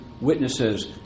witnesses